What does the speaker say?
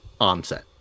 onset